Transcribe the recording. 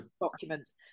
documents